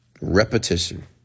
Repetition